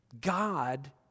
God